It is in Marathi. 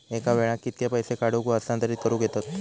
एका वेळाक कित्के पैसे काढूक व हस्तांतरित करूक येतत?